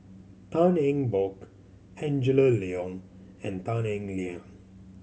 Tan Eng Bock Angela Liong and Tan Eng Liang